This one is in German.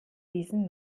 diesen